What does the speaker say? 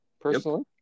personally